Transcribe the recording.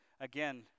again